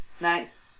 Nice